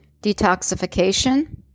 detoxification